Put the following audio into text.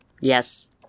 Yes